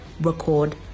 record